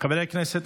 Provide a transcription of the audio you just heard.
חברי הכנסת,